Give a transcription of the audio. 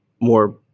more